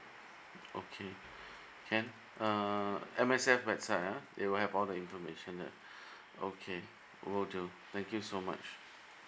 okay can uh M_S_F website ah they will have all the information there okay will do thank you so much